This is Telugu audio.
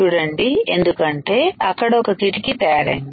చూడండి ఎందుకంటే అక్కడ ఒక కిటికీ తయారయింది